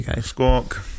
Squawk